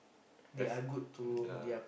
as ya